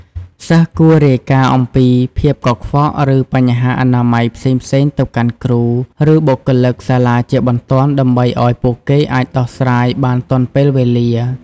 សិស្សគួររាយការណ៍អំពីភាពកខ្វក់ ឬបញ្ហាអនាម័យផ្សេងៗទៅកាន់គ្រូ ឬបុគ្គលិកសាលាជាបន្ទាន់ ដើម្បីឲ្យពួកគេអាចដោះស្រាយបានទាន់ពេលវេលា។